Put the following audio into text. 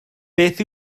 beth